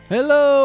Hello